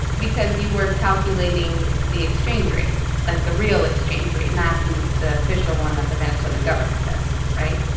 because you were calculating the exchange rate like, the real exchange rate, not the the official one that the venezuelan government says, right?